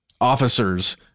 officers